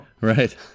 Right